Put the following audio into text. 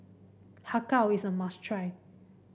Har Kow is a must try